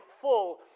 full